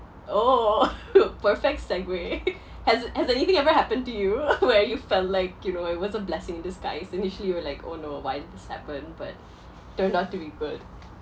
oh perfect set~ has has anything ever happened to you where you felt like you know it was a blessing in disguise initially you were like oh no why did this happen but turned out to be good